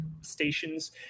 stations